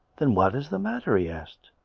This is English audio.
then what is the matter? he asked.